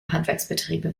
handwerksbetriebe